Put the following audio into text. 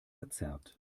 verzerrt